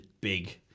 big